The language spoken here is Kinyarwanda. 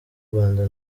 rwanda